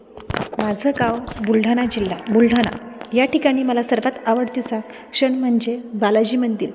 माझं गाव बुलढाणा जिल्हा बुलढाणा या ठिकाणी मला सर्वात आवडतीचा क्षण म्हणजे बालाजी मंदिर